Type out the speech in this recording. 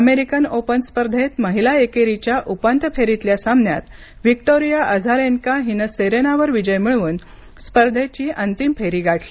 American Open स्पर्धेत महिला एकेरीच्या उपांत्य फेरीतल्या सामन्यात व्हिक्टोरिया अझारेन्का हिनं सेरेनावर विजय मिळवून बऱ्याच वर्षांनी स्पर्धेची अंतिम फेरी गाठली